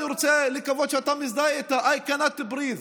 אני רוצה לקוות שאתה מזדהה איתה: I cannot breathe.